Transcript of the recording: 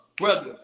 brother